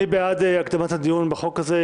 מי בעד הקדמת הדיון בחוק הזה?